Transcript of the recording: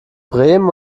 bremen